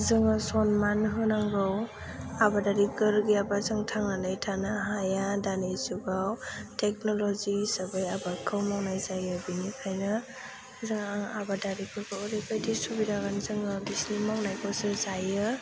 जोङो सन्मान होनांगौ आबादारिफोर गैयाबा जों थांनानै थानो हाया दानि जुगाव टेक्न'ल'जि हिसाबै आबादखौ मावनाय जायो बेनिखायनो जों आं आबादारिफोरखौ ओरैबायदि सुबिदा होगोन जोङो बिसोरनि मावनायखौसो जायो